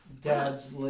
dad's